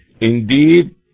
Indeed